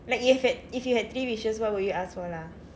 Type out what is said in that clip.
like if it if you had three wishes what would you ask for lah